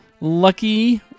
lucky